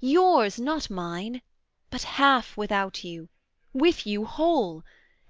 yours, not mine but half without you with you, whole